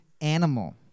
animal